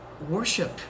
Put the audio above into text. Worship